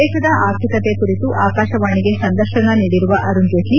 ದೇಶದ ಆರ್ಥಿಕತೆ ಕುರಿತು ಆಕಾಶವಾಣಿಗೆ ಸಂದರ್ತನ ನೀಡಿರುವ ಅರುಣ್ ಜೇಟ್ಲ